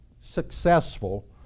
successful